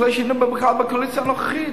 לפני שהיינו בכלל בקואליציה הנוכחית.